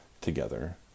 together